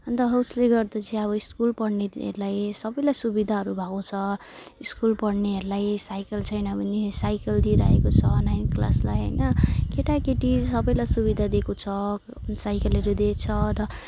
अनि त उसले गर्दा चाहिँ अब स्कुल पढ्नेहरूलाई सबैलाई सुविधाहरू भएको छ स्कुल पढ्नेहरूलाई साइकल छैन भने साइकल दिइराखेको छ नाइन क्लासलाई हैन केटाकेटी सबैलाई सुविधा दिएको छ साइकलहरू दिएको छ र